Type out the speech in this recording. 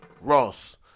Ross